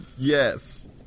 Yes